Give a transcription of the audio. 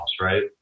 right